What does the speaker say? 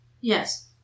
yes